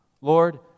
Lord